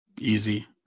Easy